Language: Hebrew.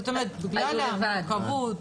בגלל המורכבות.